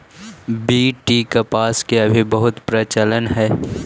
BT कपास के अभी बहुत प्रचलन हई